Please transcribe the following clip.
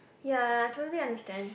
ya I totally understand